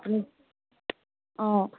অ